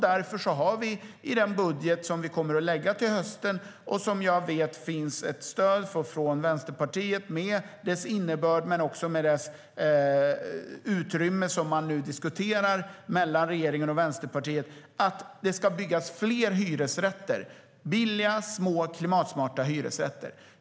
Därför har vi i den budget som vi kommer att lägga fram till hösten - och som jag vet har ett stöd från Vänsterpartiet när det gäller dess innebörd men också dess utrymme - ett förslag om att det ska byggas fler hyresrätter. Man diskuterar nu detta mellan regeringen och Vänsterpartiet. Det ska vara billiga, små och klimatsmarta hyresrätter.